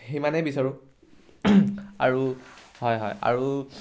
সিমানেই বিচাৰোঁ আৰু হয় হয় আৰু